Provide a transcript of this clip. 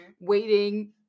waiting